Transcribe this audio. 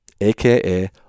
aka